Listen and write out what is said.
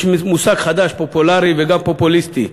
יש מושג חדש, פופולרי, וגם פופוליסטי: